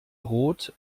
rot